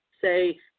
say